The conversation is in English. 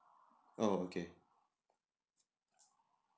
oh okay